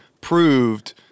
proved